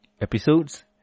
episodes